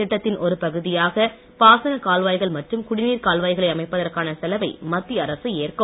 திட்டத்தின் ஒரு பகுதியாக பாசனக் கால்வாய்கள் மற்றும் குடிநீர் கால்வாய்களை அமைப்பதற்கான செலவை மத்திய அரசு ஏற்கும்